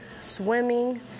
swimming